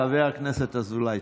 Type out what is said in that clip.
חבר הכנסת אזולאי,